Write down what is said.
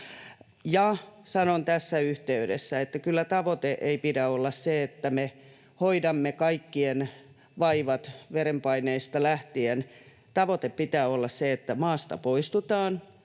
Ja sanon tässä yhteydessä, että kyllä tavoitteen ei pidä olla se, että me hoidamme kaikkien vaivat verenpaineista lähtien. Tavoitteen pitää olla se, että maasta poistutaan